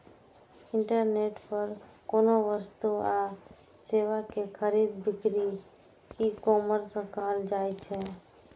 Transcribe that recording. internet पर कोनो वस्तु आ सेवा के खरीद बिक्री ईकॉमर्स कहल जाइ छै